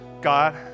God